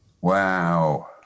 Wow